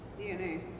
DNA